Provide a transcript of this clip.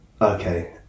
okay